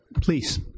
Please